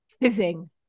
Fizzing